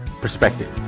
perspective